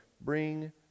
bring